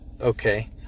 okay